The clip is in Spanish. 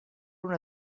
una